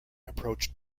approached